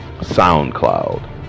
SoundCloud